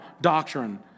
doctrine